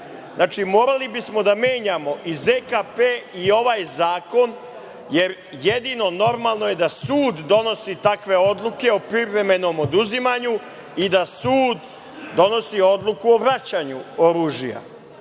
morali bismo da menjamo i ZKP i ovaj zakon, jer jedino normalno je da sud donosi takve odluke o privremenom oduzimanju i da sud donosi odluku o vraćanju oružja